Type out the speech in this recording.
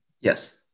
Yes